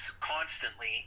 constantly